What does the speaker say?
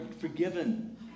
forgiven